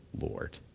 Lord